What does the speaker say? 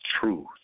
truth